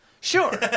Sure